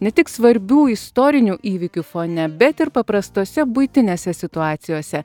ne tik svarbių istorinių įvykių fone bet ir paprastose buitinėse situacijose